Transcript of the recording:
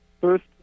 First